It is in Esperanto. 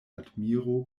admiro